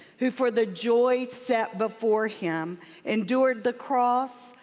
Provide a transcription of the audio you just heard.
who for the joy set before him endured the cross,